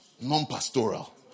non-pastoral